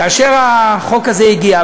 כאשר החוק הזה הגיע,